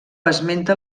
esmenta